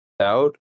out